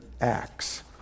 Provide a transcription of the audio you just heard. acts